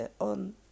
on